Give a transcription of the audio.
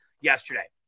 yesterday